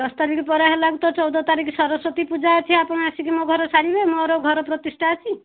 ଦଶ ତାରିଖ୍ ପରେ ହେଲାକୁ ତ ଚଉଦ ତାରିଖ୍ ସରସ୍ବତୀ ପୂଜା ଅଛି ଆପଣ ଆସିକି ମୋ ଘର ସାରିବେ ମୋର ଘର ପ୍ରତିଷ୍ଠା ଅଛି